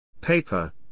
Paper